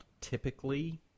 typically